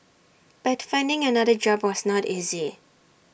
but finding another job was not easy